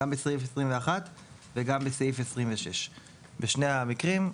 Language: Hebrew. גם בסעיף 21 וגם בסעיף 26. בשני המקרים,